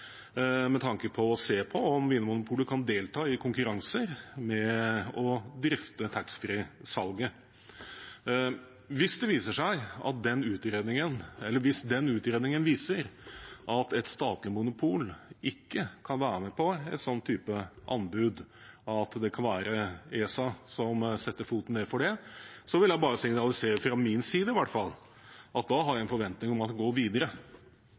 med tanke på å se på om Vinmonopolet kan delta i konkurranser om å drifte taxfree-salget. Hvis den utredningen viser at et statlig monopol ikke kan være med på en sånn type anbud, og at ESA kan sette foten ned for det, vil jeg bare signalisere fra min side i hvert fall at da har jeg en forventning om at man går videre.